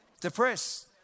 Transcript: depressed